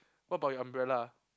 what about your umbrella